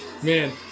Man